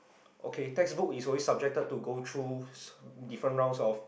okay textbook is always subjected to go through different rounds of